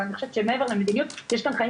אבל אני חושבת שמעבר למדיניות יש כאן חיים